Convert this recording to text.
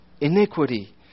iniquity